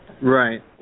Right